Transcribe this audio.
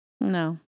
No